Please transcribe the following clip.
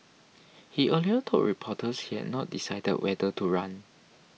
he earlier told reporters he had not decided whether to run